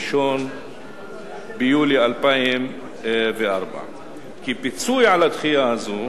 מ-1 ביולי 2004. כפיצוי על הדחייה הזאת